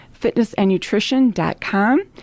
fitnessandnutrition.com